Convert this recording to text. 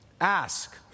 Ask